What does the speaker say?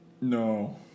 No